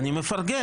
אני מפרגן.